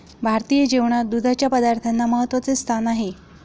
भारतीय जेवणात दुधाच्या पदार्थांना महत्त्वाचे स्थान आहे